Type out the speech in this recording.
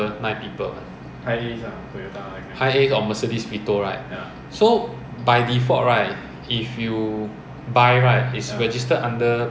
then you don't have the speed limit of seventy kilometers per hour you you can run as fast as what the road dictates ya so this is